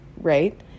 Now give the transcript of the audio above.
right